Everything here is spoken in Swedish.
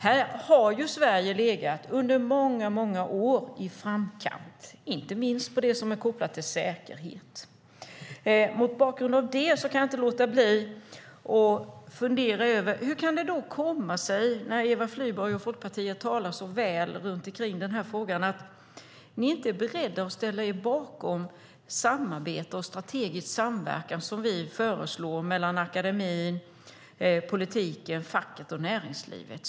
Här har Sverige under många år legat i framkant, inte minst när det har gällt säkerhet. Därför kan jag inte låta bli att undra hur det kan komma sig att, när Eva Flyborg och Folkpartiet ändå talar så väl om detta, ni inte är beredda att ställa er bakom det vi föreslår om samarbete och strategisk samverkan mellan akademin, politiken, facket och näringslivet.